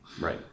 Right